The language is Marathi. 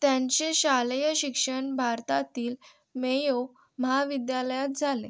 त्यांचे शालेय शिक्षण भारतातील मेयो महाविद्यालयात झाले